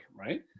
Right